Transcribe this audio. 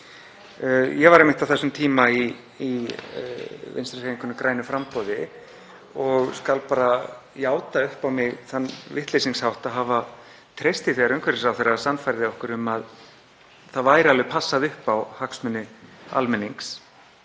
Ég var einmitt á þessum tíma í Vinstrihreyfingunni – grænu framboði og skal bara játa upp á mig þann vitleysingshátt að hafa treyst því þegar umhverfisráðherra sannfærði okkur um að það væri alveg passað upp á hagsmuni almennings.